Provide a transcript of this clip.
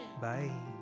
Bye